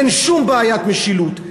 אין שום בעיית משילות.